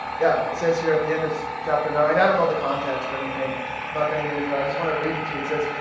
yeah, it says here at the end of chapter nine. i don't know the context or anything. i'm not gonna get into that. i just wanna read it to you. it says,